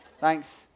Thanks